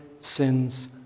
sins